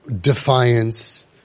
defiance